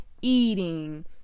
eating